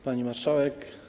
Pani Marszałek!